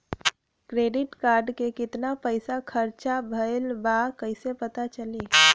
Credit card के कितना पइसा खर्चा भईल बा कैसे पता चली?